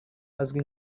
ahazwi